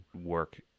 work